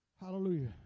Hallelujah